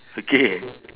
okay